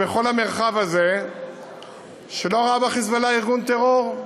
בכל המרחב הזה שלא ראה ב"חיזבאללה" ארגון טרור,